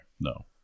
No